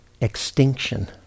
extinction